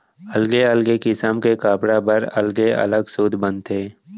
अलगे अलगे किसम के कपड़ा बर अलगे अलग सूत बनथे